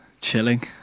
chilling